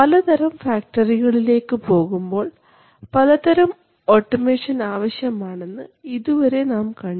പലതരം ഫക്ടറികളിലേക്ക് പോകുമ്പോൾ പലതരം ഓട്ടോമേഷൻ ആവശ്യമാണെന്ന് ഇതുവരെ നാം കണ്ടു